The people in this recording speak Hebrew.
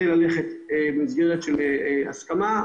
ננסה ללכת במסגרת של הסכמה.